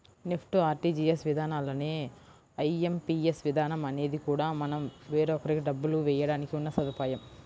NEFT, RTGS విధానాల్లానే IMPS విధానం అనేది కూడా మనం వేరొకరికి డబ్బులు వేయడానికి ఉన్న సదుపాయం